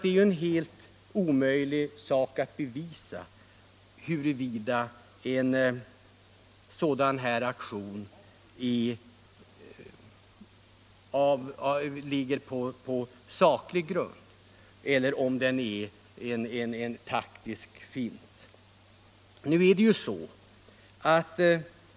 Det är en omöjlig sak att bevisa huruvida en sådan här aktion vilar på saklig grund eller om den är en taktisk fint.